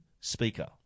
speaker